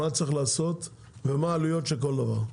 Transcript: מה צריך לעשות ומה העלויות של כל דבר.